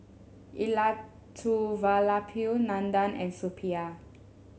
Elattuvalapil Nandan and Suppiah